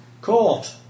Caught